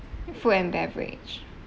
food and beverage